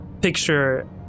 picture